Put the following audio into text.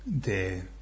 de